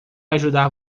ajudar